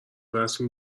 رسمی